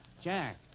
Jack